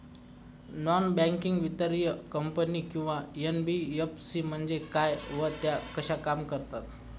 Non banking वित्तीय company किंवा NBFC म्हणजे काय व त्या कशा काम करतात?